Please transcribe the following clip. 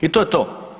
I to je to.